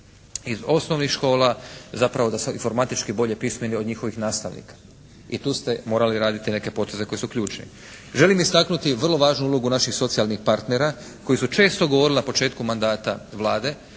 iz osnovnih škola zapravo da su informatički bolje pismeni od njihovih nastavnika i tu ste morali raditi neke poteze koji su ključni. Želim istaknuti vrlo važnu ulogu naših socijalnih partnera koji su često govorili na početku mandata Vlade,